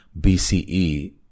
BCE